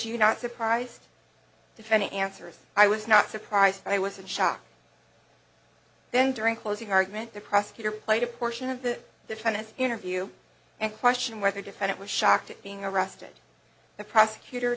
you not surprised to find answers i was not surprised i was in shock then during closing argument the prosecutor played a portion of the defendant's interview and question whether defendant was shocked being arrested the prosecutor